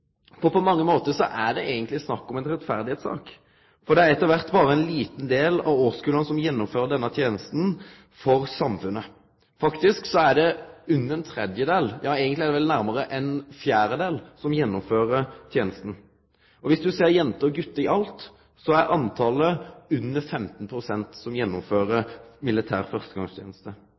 På mange måtar er det eigentleg snakk om rettferd. For det er etter kvart berre ein liten del av årskulla som gjennomfører denne tenesta for samfunnet. Faktisk er det under ein tredjedel – ja, eigentleg er det vel nærmare ein fjerdedel – som gjennomfører tenesta. Og viss ein ser på jenter og gutar under eitt, er det under 15 pst. som gjennomfører militær